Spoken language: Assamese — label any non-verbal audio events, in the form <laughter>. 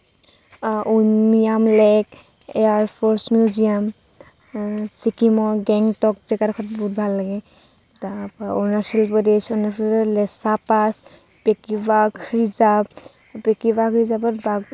উমিয়াম লেক এয়াৰফৰ্চ মিউজিয়াম ছিকিমৰ গেংটক জেগাডোখৰত বহুত ভাল লাগে তাৰপিছত অৰুণাচল প্ৰদেচ অৰুণাচল প্ৰদেচৰ লেচা পাছ <unintelligible> খ্ৰীজাগ